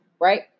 right